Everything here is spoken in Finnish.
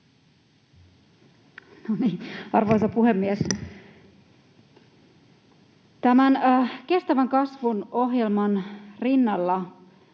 Arvoisa puhemies! Tämän kestävän kasvun ohjelman rinnalla